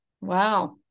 Wow